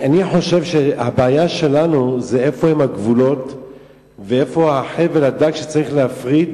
אני חושב שהבעיה שלנו זה איפה הם הגבולות ואיפה החבל הדק שצריך להפריד